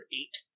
eight